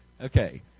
Okay